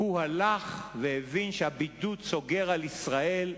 הוא הלך והבין שהבידוד סוגר על ישראל,